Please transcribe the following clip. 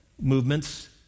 movements